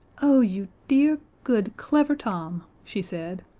oh, you dear, good, clever tom, she said.